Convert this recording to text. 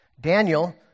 Daniel